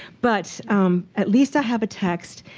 but at least i have a text.